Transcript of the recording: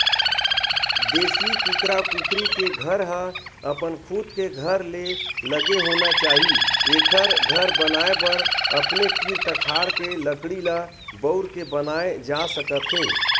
देसी कुकरा कुकरी के घर ह अपन खुद के घर ले लगे होना चाही एखर घर बनाए बर अपने तीर तखार के लकड़ी ल बउर के बनाए जा सकत हे